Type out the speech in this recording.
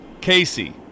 Casey